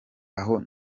aho